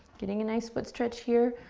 getting a nice, good stretch here,